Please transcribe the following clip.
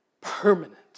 permanent